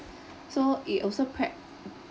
so it also prep